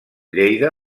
lleida